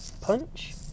punch